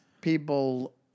people